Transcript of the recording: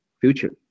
future